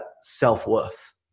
self-worth